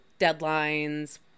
deadlines